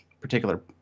particular